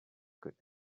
could